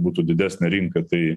būtų didesnė rinka tai